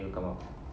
then it will come out